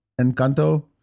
Encanto